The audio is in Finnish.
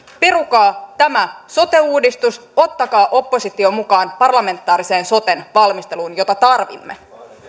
perukaa tämä sote uudistus ottakaa oppositio mukaan parlamentaariseen soten valmisteluun jota tarvitsemme